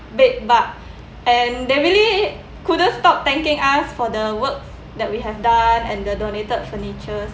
bedbug and they really couldn't stop thanking us for the work that we have done and the donated furnitures